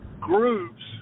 groups